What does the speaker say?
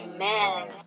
Amen